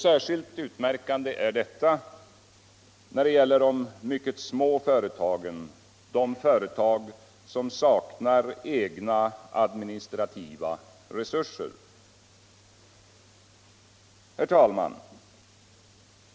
Särskilt utmärkande är detta när det gäller de mycket små företagen, de företag som saknar egna administrativa resurser. Herr talman!